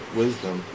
wisdom